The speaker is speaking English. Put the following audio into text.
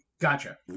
Gotcha